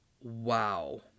Wow